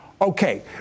Okay